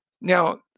Now